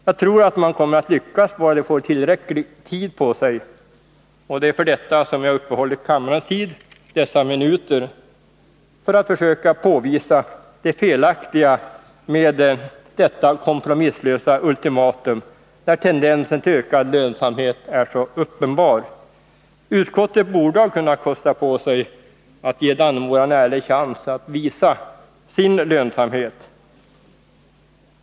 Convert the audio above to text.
Jag tror att man kommer att lyckas bara man får tillräcklig tid på sig. Jag har tagit kammarens tid i anspråk dessa minuter för att försöka påvisa det felaktiga med detta kompromisslösa ultimatum, när tendensen till ökad lönsamhet är så uppenbar. Utskottet borde ha kunnat kosta på sig att ge Dannemora en ärlig chans att visa sin lönsamhet.